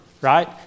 Right